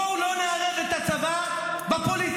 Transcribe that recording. בואו לא נערב את הצבא בפוליטיקה.